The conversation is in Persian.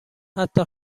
حتی